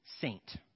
Saint